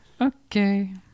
Okay